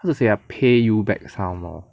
how to say ah pay you back some lor